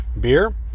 beer